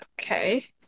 okay